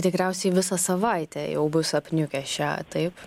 tikriausiai visą savaitę jau bus apniukęs šią taip